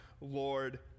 Lord